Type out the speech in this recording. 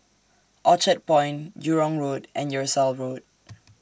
Orchard Point Jurong Road and Tyersall Road